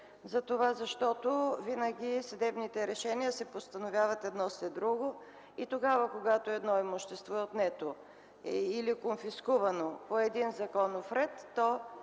защото винаги съдебните решения се постановяват едно след друго и когато едно имущество е отнето или конфискувано по един законов ред, то